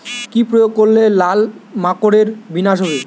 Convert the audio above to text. কি প্রয়োগ করলে লাল মাকড়ের বিনাশ হবে?